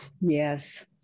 Yes